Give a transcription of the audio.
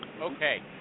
Okay